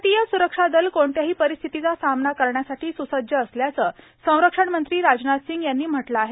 भारतीय सुरक्षा दल कोणत्याही परिस्थितीचा सामना करण्यासाठी सुसज्ज असल्याचं संरक्षणमंत्री राजनाथ सिंह यांनी म्हटलं आहे